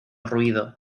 ruido